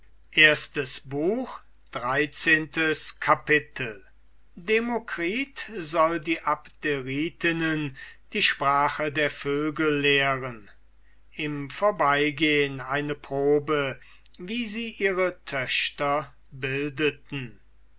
dreizehntes kapitel demokritus soll die abderitinnen die sprache der vögel lehren im vorbeigehen eine probe wie sie ihre töchter bildeten